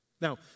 Now